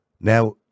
Now